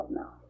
now